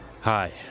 Hi